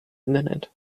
internet